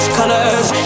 colors